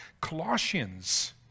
Colossians